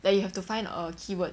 that you have to find a keyword